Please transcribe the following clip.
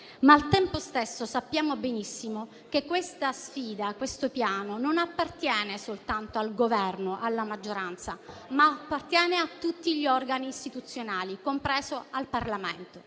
Al tempo stesso, però, sappiamo benissimo che questa sfida, questo Piano, non appartiene soltanto al Governo e alla maggioranza, ma appartiene a tutti gli organi istituzionali, compreso il Parlamento.